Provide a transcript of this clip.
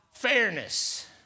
fairness